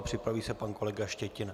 Připraví se pan kolega Štětina.